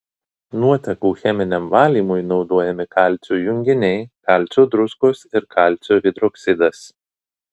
nuotekų cheminiam valymui naudojami kalcio junginiai kalcio druskos ir kalcio hidroksidas